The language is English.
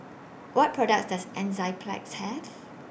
What products Does Enzyplex Have